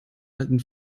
alten